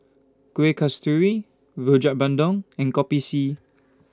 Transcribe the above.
Kuih Kasturi Rojak Bandung and Kopi C